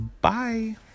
bye